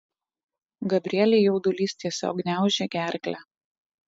gabrielei jaudulys tiesiog gniaužė gerklę